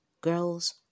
Girls